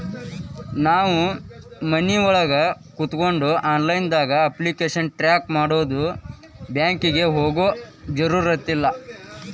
ನಾವು ಮನಿಒಳಗ ಕೋತ್ಕೊಂಡು ಆನ್ಲೈದಾಗ ಅಪ್ಲಿಕೆಶನ್ ಟ್ರಾಕ್ ಮಾಡ್ಬೊದು ಬ್ಯಾಂಕಿಗೆ ಹೋಗೊ ಜರುರತಿಲ್ಲಾ